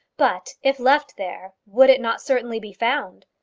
but, if left there, would it not certainly be found?